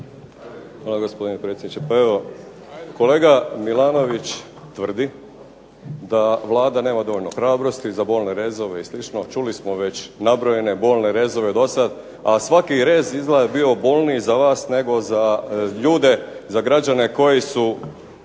Hvala gospodine predsjedniče. Pa evo, kolega Milanović tvrdi da Vlada nema dovoljno hrabrosti za bolne rezove i slično. Čuli smo već nabrojene bolne rezove do sad, a svaki rez izgleda da je bio bolniji za vas nego za ljude, za građane koji su